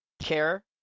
care